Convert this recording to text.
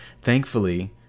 Thankfully